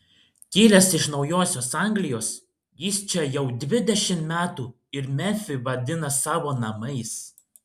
kilęs iš naujosios anglijos jis čia jau dvidešimt metų ir memfį vadina savo namais